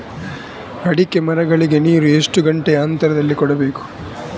ಅಡಿಕೆ ಮರಗಳಿಗೆ ನೀರು ಎಷ್ಟು ಗಂಟೆಯ ಅಂತರದಲಿ ಕೊಡಬೇಕು?